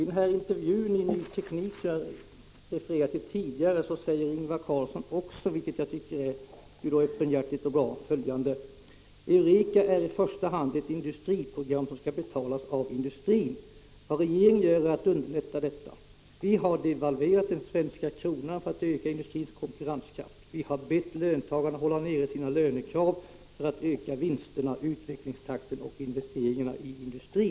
I den intervju i Ny Tekik som jag refererade till tidigare säger Ingvar Carlsson, enligt min mening öppenhjärtigt och avslöjande: ”Eureka är i första varvet ett industriprogram som ska betalas av industrin. Vad regeringen gör är att underlätta detta. Vi har devalverat den svenska kronan för att öka industrins konkurrenskraft. Vi har bett löntagarna hålla nere sina lör ekrav för att öka vinsterna, utvecklingstakten och investeringarna i industrin.